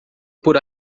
por